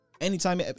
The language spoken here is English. Anytime